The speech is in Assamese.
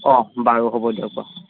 অঁ বাৰু হ'ব দিয়ক বাৰু